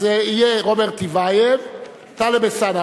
אז יהיה טלב אלסאנע,